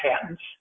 patents